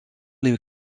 les